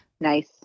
Nice